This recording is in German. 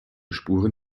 spuren